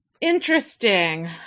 Interesting